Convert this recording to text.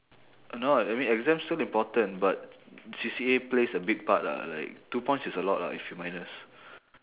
uh no ah I mean exam still important but C_C_A plays a big part lah like two points is a lot ah if you minus